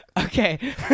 Okay